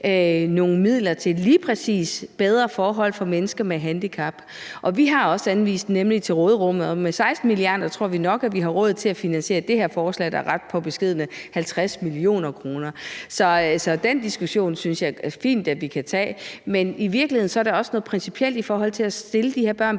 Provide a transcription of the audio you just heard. nogle midler til lige præcis bedre forhold for mennesker med handicap. Og vi har også anvist midler, nemlig i forhold til råderummet, og med 16 mia. kr. tror vi nok at vi har råd til at finansiere det her forslag, der er på ret beskedne 50 mio. kr. Så den diskussion synes jeg fint at vi kan tage, men i virkeligheden er det også noget principielt i forhold til at stille de her børn